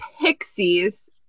pixies